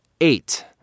Eight